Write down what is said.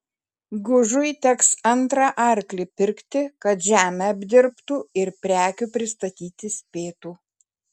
gužui teks antrą arklį pirkti kad žemę apdirbtų ir prekių pristatyti spėtų